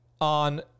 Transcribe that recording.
on